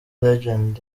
legend